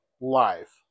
live